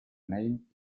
name